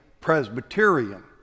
Presbyterian